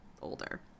Older